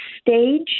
stage